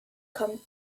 kommt